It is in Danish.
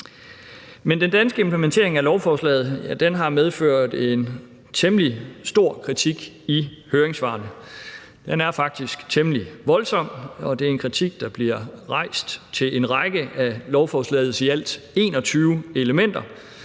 Men den danske implementering af lovforslaget har medført en temmelig stor kritik i høringssvarene. Den er faktisk temmelig voldsom, og det er en kritik, der bliver rejst i forhold til en række af lovforslagets i alt 21 elementer,